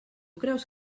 creus